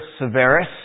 Severus